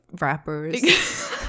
rappers